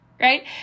Right